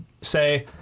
say